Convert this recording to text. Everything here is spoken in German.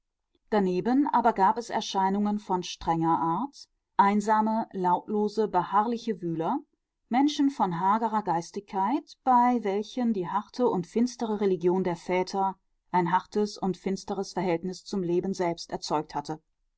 daneben aber gab es erscheinungen von strenger art einsame lautlose beharrliche wühler menschen von hagerer geistigkeit bei welchen die harte und finstere religion der väter ein hartes und finsteres verhältnis zum leben selbst erzeugt hatte